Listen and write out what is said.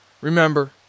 remember